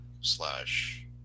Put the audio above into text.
slash